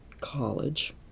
college